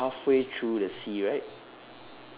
trail halfway through the sea right